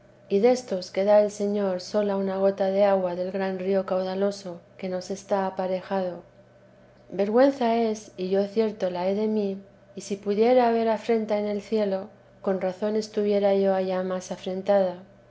y destos que da el señor sola una gota de agua del gran río caudaloso que nos está aparejado vergüenza es y yo cierto la he de mí y si pudiera haber afrenta en el cielo con razón estuviera yo allá más afrentada